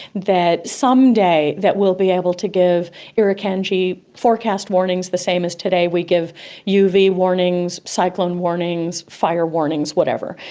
that some day we will be able to give irukandji forecast warnings the same as today we give uv warnings, cyclone warnings, fire warnings, whatever.